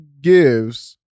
gives